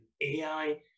AI